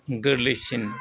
गोरलैसिन